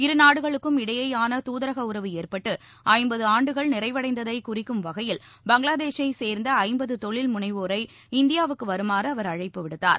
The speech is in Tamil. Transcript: இருநாடுகளுக்கும் இடையேயான துதரக உறவு ஏற்பட்டுஐம்பதுஆண்டுகள் நிறைவடைந்ததைக் குறிக்கும் வகையில் பங்களாதேஷைச் சேர்ந்தஐப்பதுதொழில் முனைவோரை இந்தியாவுக்குவருமாறுஅவர் அழைப்பு விடுத்தார்